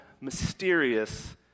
mysterious